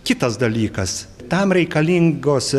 kitas dalykas tam reikalingos